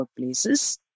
workplaces